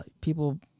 people